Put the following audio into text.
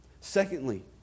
Secondly